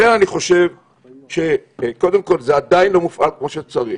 לכן אני חושב שקודם כול זה עדיין לא מופעל כמו שצריך.